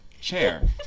chair